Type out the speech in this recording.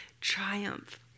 triumph